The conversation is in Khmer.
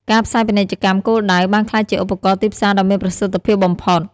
ការផ្សាយពាណិជ្ជកម្មគោលដៅ បានក្លាយជាឧបករណ៍ទីផ្សារដ៏មានប្រសិទ្ធភាពបំផុត។